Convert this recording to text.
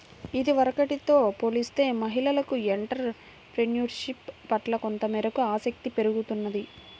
ఇదివరకటితో పోలిస్తే మహిళలకు ఎంటర్ ప్రెన్యూర్షిప్ పట్ల కొంతమేరకు ఆసక్తి పెరుగుతున్నది